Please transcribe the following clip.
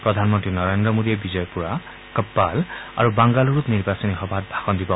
প্ৰধানমন্ত্ৰী নৰেন্দ্ৰ মোদীয়ে বিজয়পুৰা কপ্পাল আৰু বাংগালুৰুত নিৰ্বাচনী সভাত ভাষণ দিব